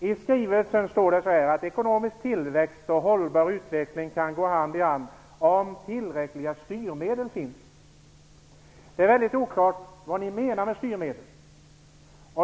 I skrivelsen står att ekonomisk tillväxt och hållbar utveckling kan gå hand i hand om tillräckliga styrmedel finns. Det är mycket oklart vad ni menar med styrmedel.